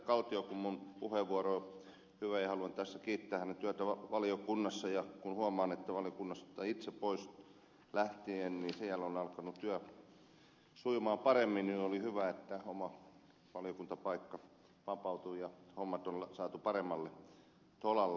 kaltiokummun puheenvuoroa hyvänä ja haluan tässä kiittää hänen työtään valiokunnassa ja kun huomaan että valiokunnasta itse pois lähdettyäni siellä on alkanut työ sujua paremmin niin oli hyvä että oma valiokuntapaikka vapautui ja hommat on saatu paremmalle tolalle